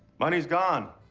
money's gone.